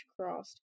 crossed